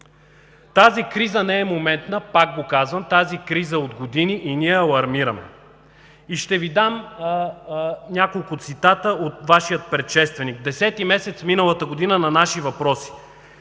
Тази криза не е моментна, пак го казвам, тази криза е от години и ние алармираме. И ще Ви дам няколко цитата от Вашия предшественик – десети месец, миналата година, на наши въпроси: